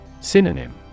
Synonym